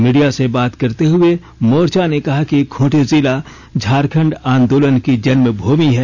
media से बात करते हुए मोर्चा ने कहा कि खूंटी जिला झारखंड आंदोलन की जन्म भूमि है